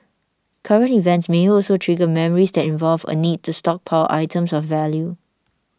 current events may also trigger memories that involve a need to stockpile items of value